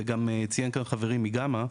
וציין זאת חברי מגמא,